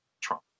Trump